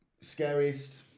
scariest